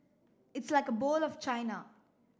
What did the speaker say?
it's like a bowl of China